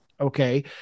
Okay